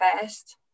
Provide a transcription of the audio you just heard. first